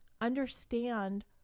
understand